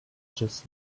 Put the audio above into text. just